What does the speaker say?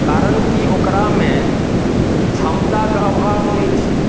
कारण की ओकरामे क्षमताके अभाब नहि छै